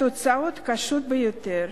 התוצאות קשות ביותר.